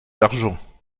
l’argent